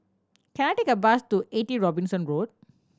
can I take a bus to Eighty Robinson Road